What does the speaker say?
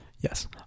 Yes